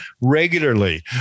regularly